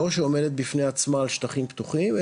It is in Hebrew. לא שעומדת בפני עצמה על שטחים פתוחים,